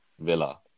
Villa